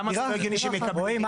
למה זה לא הגיוני שהם מקבלים --- רואי,